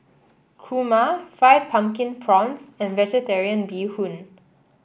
kurma Fried Pumpkin Prawns and vegetarian Bee Hoon